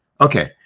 Okay